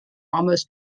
almost